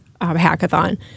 hackathon